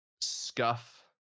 scuff